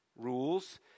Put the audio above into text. rules